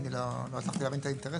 אני לא הצלחתי להבין את האינטרס.